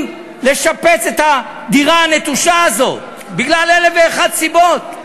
לשפץ את הדירה הנטושה הזו בגלל אלף ואחת סיבות.